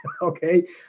okay